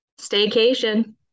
Staycation